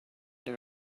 they